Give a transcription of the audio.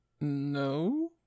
no